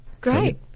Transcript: Great